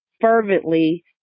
fervently